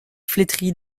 flétrie